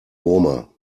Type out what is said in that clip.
roma